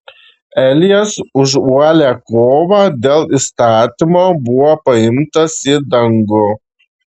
elijas už uolią kovą dėl įstatymo buvo paimtas į dangų